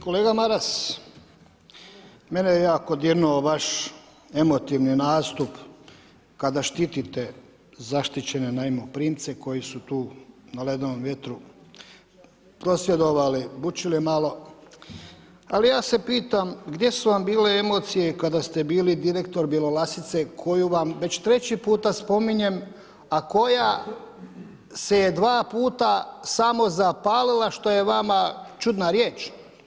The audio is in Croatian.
Kolega Maras mene je jako dirnuo vaš emotivni nastup kada štitite zaštićene najmoprimce koji su tu na ledenom vjetru prosvjedovali, bučili malo, ali ja se pitam, gdje su vam bile emocije, kada ste bili direktor Bjelolasice, koju vam već treći puta spominjem, a koja se je 2 puta samozapalila, što je vama čudna riječ.